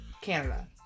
Canada